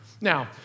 Now